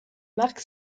mark